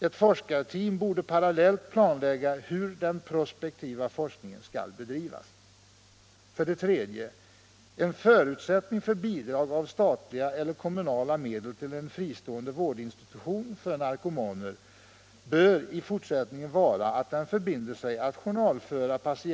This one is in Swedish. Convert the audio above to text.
Ett forskarteam borde parallellt planlägga hur den prospektiva forskningen skall bedrivas.